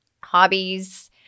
hobbies